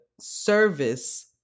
service